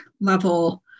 level